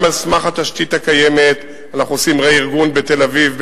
גם על סמך התשתית הקיימת אנחנו עושים רה-ארגון בתל-אביב,